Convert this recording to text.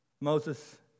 Moses